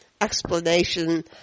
explanation